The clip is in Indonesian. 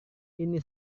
ini